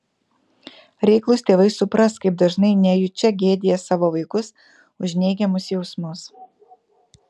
reiklūs tėvai supras kaip dažnai nejučia gėdija savo vaikus už neigiamus jausmus